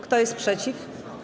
Kto jest przeciw?